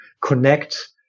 connect